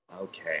okay